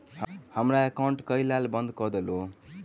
हमरा एकाउंट केँ केल बंद कऽ देलु?